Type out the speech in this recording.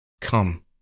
Come